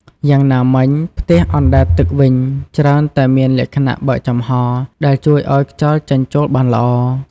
យ៉ាងណាមិញ ផ្ទះអណ្ដែតទឹកវិញ ច្រើនតែមានលក្ខណៈបើកចំហរ ដែលជួយឲ្យខ្យល់ចេញចូលបានល្អ។